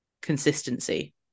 consistency